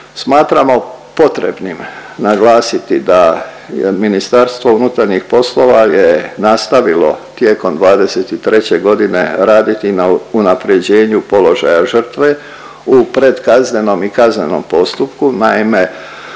Smatramo potrebnim naglasiti da je MUP je nastavilo tijekom '23.g. raditi na unaprjeđenju položaja žrtve u pred kaznenom i kaznenom postupku. Naime,